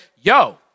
yo